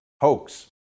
hoax